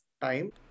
time